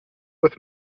with